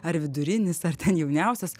ar vidurinis ar ten jauniausias